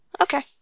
Okay